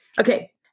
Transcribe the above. Okay